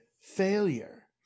failure